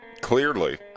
Clearly